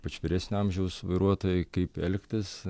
ypač vyresnio amžiaus vairuotojai kaip elgtis